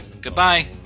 goodbye